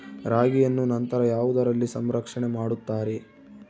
ರಾಗಿಯನ್ನು ನಂತರ ಯಾವುದರಲ್ಲಿ ಸಂರಕ್ಷಣೆ ಮಾಡುತ್ತಾರೆ?